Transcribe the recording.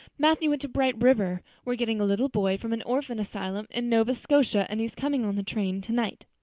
matthew went to bright river. we're getting a little boy from an orphan asylum in nova scotia and he's coming on the train tonight.